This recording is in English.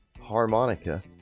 harmonica